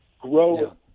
grow